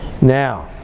Now